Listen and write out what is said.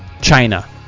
China